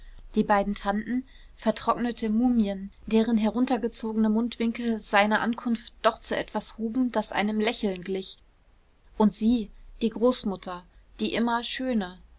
die beiden tanten vertrocknete mumien deren heruntergezogene mundwinkel seine ankunft doch zu etwas hoben das einem lächeln glich und sie die großmutter die immer schöne